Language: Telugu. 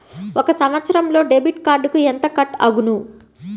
ఒక సంవత్సరంలో డెబిట్ కార్డుకు ఎంత కట్ అగును?